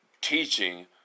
teaching